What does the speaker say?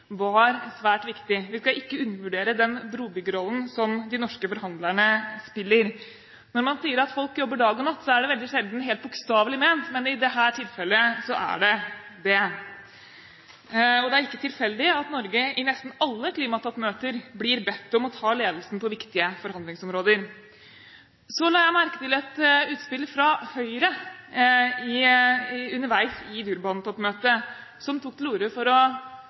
var svært viktig. Vi skal ikke undervurdere den brobyggerrollen som de norske forhandlerne spiller. Når man sier at folk jobber dag og natt, er det veldig sjelden helt bokstavelig ment, men i dette tilfellet er det det. Det er ikke tilfeldig at Norge i nesten alle klimatoppmøter blir bedt om å ta ledelsen på viktige forhandlingsområder. Så la jeg merke til et utspill fra Høyre underveis i Durban-toppmøtet, der de tok til orde for